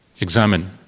examine